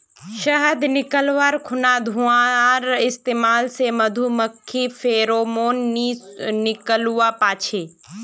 शहद निकाल्वार खुना धुंआर इस्तेमाल से मधुमाखी फेरोमोन नि निक्लुआ पाछे